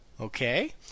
Okay